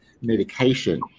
medication